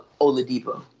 Oladipo